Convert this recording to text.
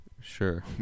Sure